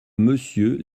monsieur